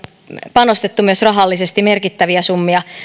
panostettu myös rahallisesti merkittäviä summia